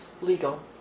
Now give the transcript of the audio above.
legal